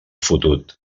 fotut